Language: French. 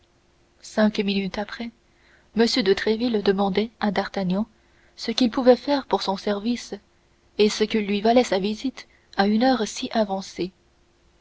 cinq minutes après m de tréville demandait à d'artagnan ce qu'il pouvait faire pour son service et ce qui lui valait sa visite à une heure si avancée